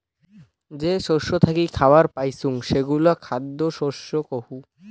যে শস্য থাকি খাবার পাইচুঙ সেগুলা খ্যাদ্য শস্য কহু